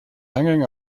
hanging